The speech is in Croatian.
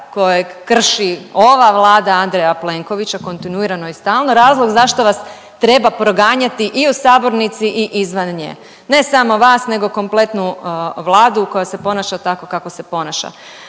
kojeg krši ova Vlada Andreja Plenkovića kontinuirano i stalno razlog zašto vas treba proganjati i u sabornici i izvan nje. Ne samo vas nego kompletnu Vladu koja se ponaša tako kako se ponaša.